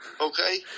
Okay